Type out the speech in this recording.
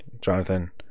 Jonathan